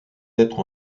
être